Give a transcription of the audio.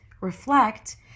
reflect